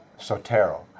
Sotero